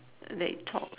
that it talks